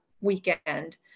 weekend